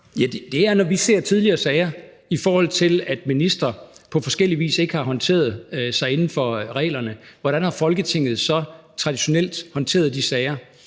Ja, det handler om de tidligere sager, vi ser, i forhold til at ministre på forskellig vis ikke har holdt sig inden for reglerne. Altså, hvordan har Folketinget så traditionelt håndteret de sager?